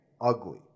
ugly